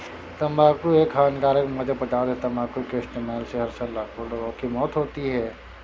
तंबाकू एक हानिकारक मादक पदार्थ है, तंबाकू के इस्तेमाल से हर साल लाखों लोगों की मौत होती है